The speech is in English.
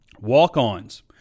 Walk-ons